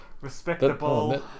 respectable